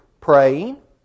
Praying